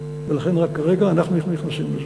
זה ולכן רק כרגע אנחנו נכנסים לזה.